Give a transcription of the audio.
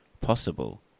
possible